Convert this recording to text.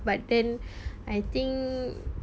but then I think